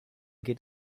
geht